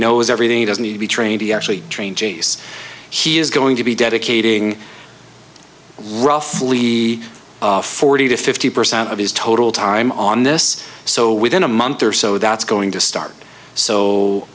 knows everything he does need to be trained he actually train chase he is going to be dedicating roughly forty to fifty percent of his total time on this so within a month or so that's going to start so